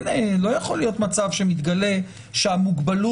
לא יכול להיות מצב שמתגלה שהמוגבלות,